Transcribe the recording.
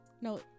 No